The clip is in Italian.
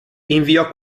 inviò